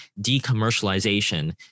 decommercialization